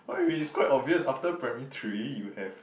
why we quite obvious after primary three you have